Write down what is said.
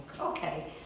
okay